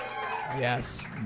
Yes